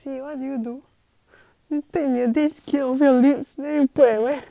you take your dead skin over your lips then you put at where